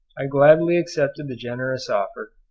i gladly accepted the generous offer,